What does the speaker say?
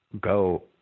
go